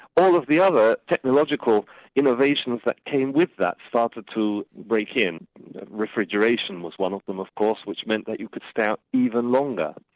all of the other technological innovations that came with that started to break in refrigeration was one of them of course, which meant that you could stay out even longer.